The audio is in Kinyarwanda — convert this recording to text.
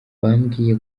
bambwiye